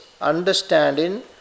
understanding